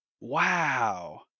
Wow